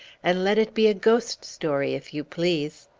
and let it be a ghost story, if you please.